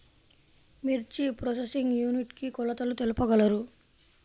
మిర్చి processing unit కి కొలతలు తెలుపగలరు?